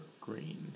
green